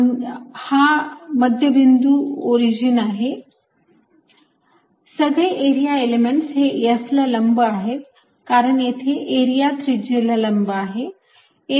हा मध्यबिंदू ओरिजिन आहे सगळे एरिया एलिमेंट्स हे S ला लंब आहेत कारण येथे एरिया त्रिज्येला लंब आहे